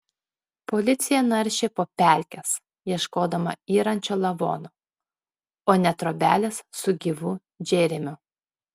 policija naršė po pelkes ieškodama yrančio lavono o ne trobelės su gyvu džeremiu